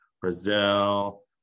Brazil